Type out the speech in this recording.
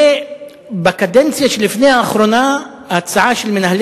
בקדנציה שלפני האחרונה ההצעה של מנהלי